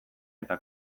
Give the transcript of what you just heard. eta